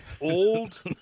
old